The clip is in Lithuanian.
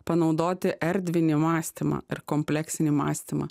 panaudoti erdvinį mąstymą ir kompleksinį mąstymą